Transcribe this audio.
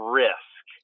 risk